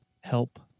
help